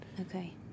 Okay